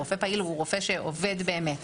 רופא פעיל הוא רופא שעובד באמת,